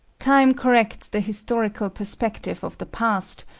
time corrects the historical perspective of the past,